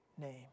name